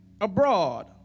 abroad